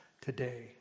today